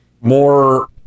more